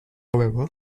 however